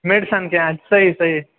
medicine تہِ اَنہٕ صحیح صحیح